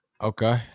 Okay